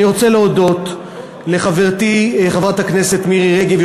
אני רוצה להודות לחברתי חברת הכנסת מירי רגב,